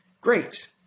great